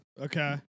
okay